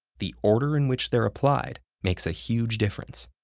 the order in which they're applied makes a huge difference.